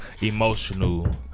emotional